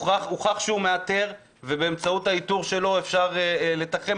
הוכח שהוא מאתר ובאמצעות האיתור שלו אפשר לתחום